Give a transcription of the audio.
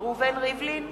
ראובן ריבלין,